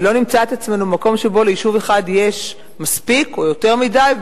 ולא נמצא את עצמנו במקום שבו ליישוב אחד יש מספיק או יותר מדי,